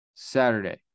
Saturday